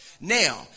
Now